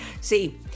See